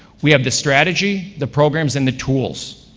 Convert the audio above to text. we have the strategy, the programs and the tools.